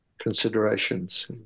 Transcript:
considerations